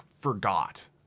forgot